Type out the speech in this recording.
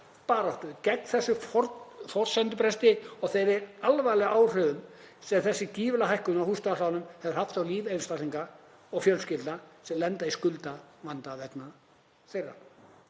baráttu gegn þessum forsendubresti og þeim alvarlegu áhrifum sem þessi gífurlega hækkun á húsnæðislánum hefur haft á líf einstaklinga og fjölskyldna sem lenda í skuldavanda vegna hennar.